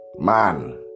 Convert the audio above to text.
Man